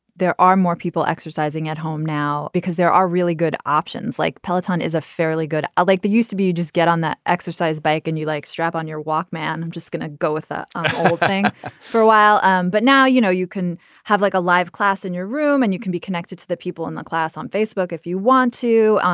there are more people exercising at home now because there are really good options like palatine is a fairly good. i like they used to be you just get on that exercise bike and you like strap on your walkman. i'm just going to go with the whole thing for a while um but now you know you can have like a live class in your room and you can be connected to the people in the class on facebook if you want to.